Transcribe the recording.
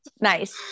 Nice